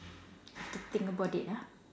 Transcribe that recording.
have to think about it ah